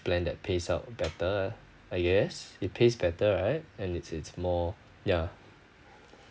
plan that pays out better ah yes it pays better right and it's it's more yeah